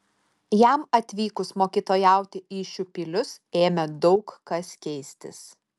jam atvykus mokytojauti į šiupylius ėmė daug kas keistis